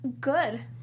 good